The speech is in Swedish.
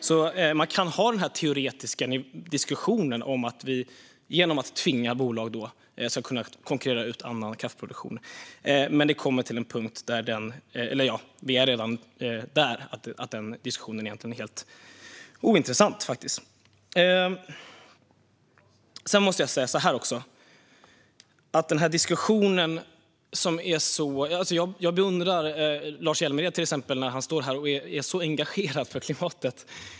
Man kan alltså ha den teoretiska diskussionen om att vi genom att tvinga bolag skulle kunna konkurrera ut annan kraftproduktion, men vid en viss punkt - och där är vi redan - blir den diskussionen faktiskt helt ointressant. Jag beundrar Lars Hjälmered, exempelvis, som står här och är så engagerad för klimatet.